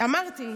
אמרתי,